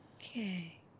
okay